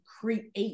create